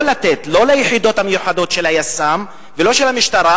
לא ליחידות המיוחדות של היס"מ ולא של המשטרה,